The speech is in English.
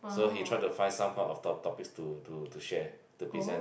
so he try to find some kind of top~ topics to to to share to present